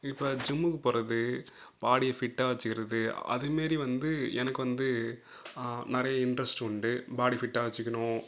இப்போ ஜிம்முக்கு போகிறது பாடியை ஃபிட்டாக வெச்சிக்கறது அதுமாரி வந்து எனக்கு வந்து நிறைய இன்ட்ரெஸ்ட் உண்டு பாடி ஃபிட்டாக வெச்சுக்கணும்